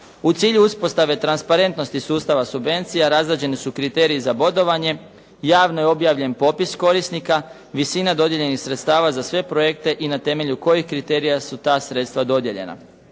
U cilju uspostave transparentnosti sustava subvencija, razrađeni su kriteriji za bodovanje, javno je objavljen popis korisnika, visina dodijeljenih sredstava za sve projekte i na temelju kojih kriterija su ta sredstva dodijeljena.